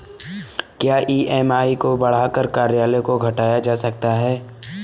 क्या ई.एम.आई को बढ़ाकर कार्यकाल को घटाया जा सकता है?